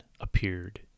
appeared